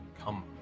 Come